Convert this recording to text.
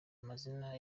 amazina